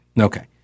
Okay